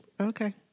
Okay